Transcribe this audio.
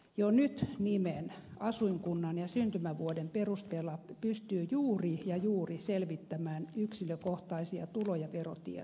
jo nyt nimen asuinkunnan ja syntymävuoden perusteella pystyy juuri ja juuri selvittämään yksilökohtaisia tulo ja verotietoja